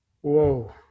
whoa